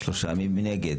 3. מי נגד?